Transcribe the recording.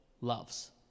loves